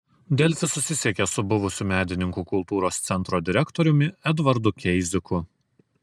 delfi susisiekė su buvusiu medininkų kultūros centro direktoriumi edvardu keiziku